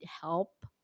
help